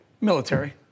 military